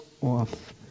off